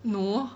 no